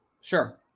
Sure